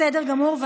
בסדר גמור.